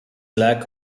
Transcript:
lack